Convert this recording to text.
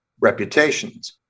reputations